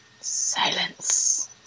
Silence